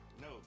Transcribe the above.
No